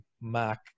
Mac